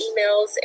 emails